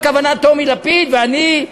הכוונה טומי לפיד ואני,